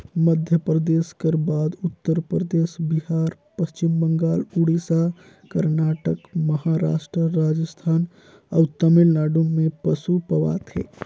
मध्यपरदेस कर बाद उत्तर परदेस, बिहार, पच्छिम बंगाल, उड़ीसा, करनाटक, महारास्ट, राजिस्थान अउ तमिलनाडु में पसु पवाथे